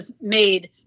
made